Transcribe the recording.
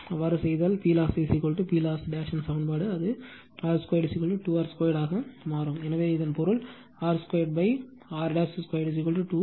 அவ்வாறு செய்தால் PLoss PLoss சமன்பாடு அது r 2 2 r 2 ஆக மாறும் எனவே இதன் பொருள் எனது r 2 r 2 2